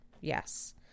Yes